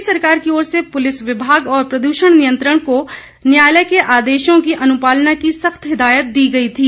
प्रदेश सरकार की ओर से पुलिस विभाग और प्रदूषण नियंत्रण को न्यायालय के आदेशों की अनुपालना की सख्त हिदायत दी गई थी